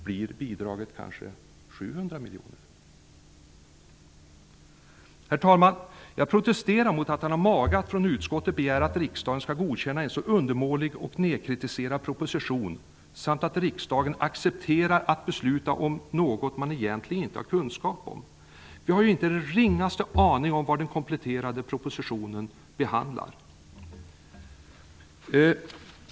Blir bidraget kanske 700 miljoner? Herr talman! Jag protesterar mot att utskottet har mage att begära att riksdagen skall godkänna en så undermålig och kritiserad proposition samt att riksdagen accepterar att besluta om något man egentligen inte har kunskap om. Vi har ju inte den ringaste aning om vad den kompletterande propositionen behandlar!